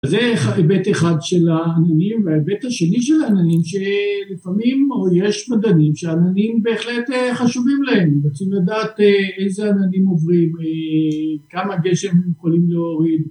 זה היבט אחד של העננים וההיבט השני של העננים שלפעמים יש מדענים שהעננים בהחלט חשובים להם רוצים לדעת איזה עננים עוברים, כמה גשם הם יכולים להוריד